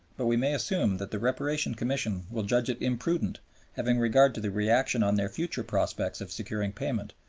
but we may assume that the reparation commission will judge it imprudent having regard to the reaction on their future prospects of securing payment,